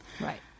Right